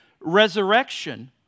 resurrection